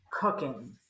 Cooking